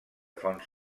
fonts